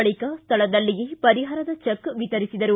ಬಳಿಕ ಸ್ವಳದಲ್ಲಿಯೇ ಪರಿಹಾರದ ಚೆಕ್ ವಿತರಿಸಿದರು